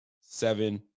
seven